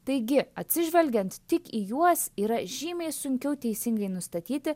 taigi atsižvelgiant tik į juos yra žymiai sunkiau teisingai nustatyti